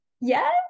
Yes